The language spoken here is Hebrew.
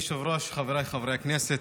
מכובדי היושב-ראש, חבריי חברי הכנסת,